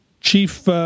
Chief